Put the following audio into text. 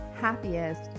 happiest